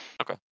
Okay